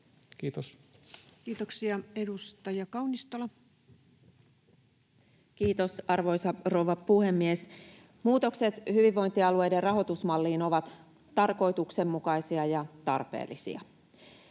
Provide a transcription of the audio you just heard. Kiitos. Kiitoksia. — Edustaja Kaunistola. Kiitos, arvoisa rouva puhemies! Muutokset hyvinvointialueiden rahoitusmalliin ovat tarkoituksenmukaisia ja tarpeellisia.